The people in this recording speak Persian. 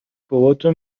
باباتو